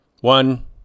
one